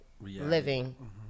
living